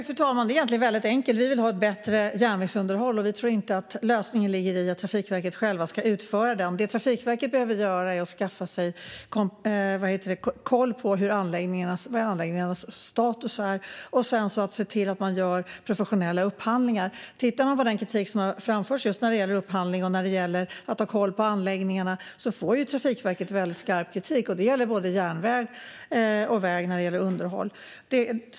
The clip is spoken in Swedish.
Fru talman! Det är egentligen väldigt enkelt: Vi vill ha ett bättre järnvägsunderhåll, och vi tror inte att lösningen ligger i att Trafikverket självt utför det. Det Trafikverket behöver göra är att skaffa sig koll på anläggningarnas status och sedan se till att göra professionella upphandlingar. Tittar man på den kritik som framförts när det gäller upphandling och att ha koll på anläggningarna ser man att Trafikverket får väldigt skarp kritik när det gäller underhåll. Det gäller både järnväg och väg.